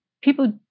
people